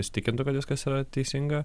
įsitikintų kad viskas yra teisinga